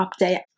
update